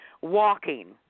walking